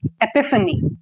epiphany